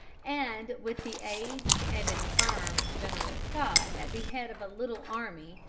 and, with the aged and infirm general scott at the head of a little army,